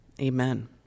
Amen